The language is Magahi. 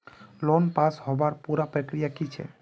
लोन पास होबार पुरा प्रक्रिया की छे?